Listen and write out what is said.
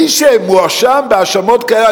מי שמואשם בהאשמות כאלה,